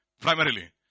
primarily